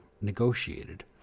negotiated